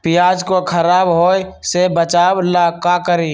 प्याज को खराब होय से बचाव ला का करी?